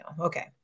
Okay